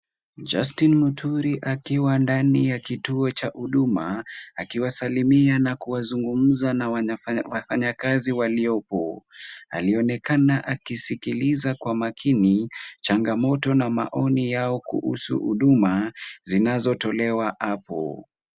Justin Mutiri akiwa ndani ya kituo cha huduma, akiwasalimia na kuwazungumza na wafanyakazi waliopo. Alionekana akisikiliza kwa makini, changamoto na maoni yao kuhusu huduma zinazotolewa hapo.